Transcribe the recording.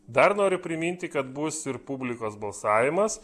dar noriu priminti kad bus ir publikos balsavimas